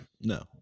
No